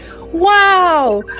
Wow